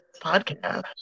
podcast